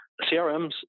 CRMs